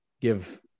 give